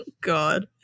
God